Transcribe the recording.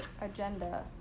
agenda